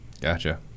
Gotcha